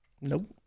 Nope